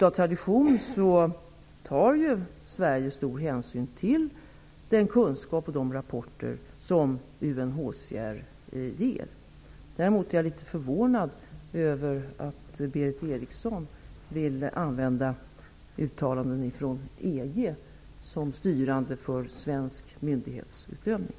Av tradition tar Sverige stor hänsyn till UNHCR:s kunskap och rapporter. Däremot är jag litet förvånad över att Berith Eriksson vill anföra uttalanden från EG som styrande för svensk myndighetsutövning.